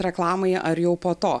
reklamoje ar jau po to